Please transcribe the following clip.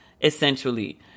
essentially